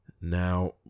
Now